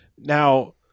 Now